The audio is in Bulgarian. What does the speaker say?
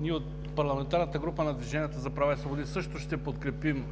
Ние от Парламентарната група на Движението за права и свободи също ще подкрепим